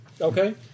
Okay